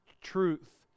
truth